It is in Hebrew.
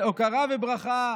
הוקרה וברכה